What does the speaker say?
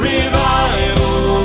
Revival